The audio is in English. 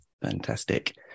fantastic